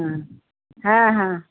হুম হ্যাঁ হ্যাঁ